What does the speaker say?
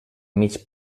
mig